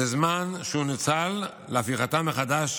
זה זמן שנוצל להפיכתה מחדש